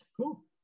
Cool